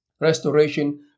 Restoration